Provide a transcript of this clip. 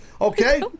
Okay